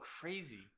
crazy